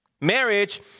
marriage